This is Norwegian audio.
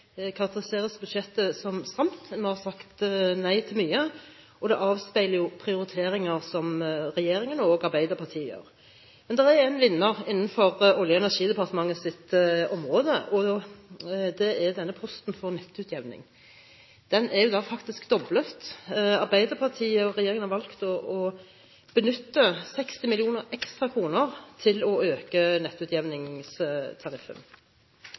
karakteriseres budsjettet som stramt. Vi har sagt nei til mye, og det avspeiler jo prioriteringer som regjeringen og Arbeiderpartiet har. Men det er en vinner innenfor Olje- og energidepartementets område, og det er denne posten for utjevning av nettleie. Den er faktisk doblet. Arbeiderpartiet og regjeringen har valgt å benytte 60 mill. kr ekstra til